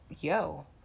yo